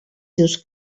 seus